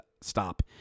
stop